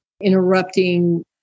interrupting